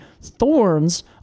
Thorns